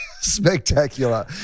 spectacular